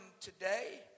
today